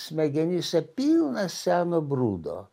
smegenyse pilna seno brudo